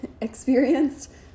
experienced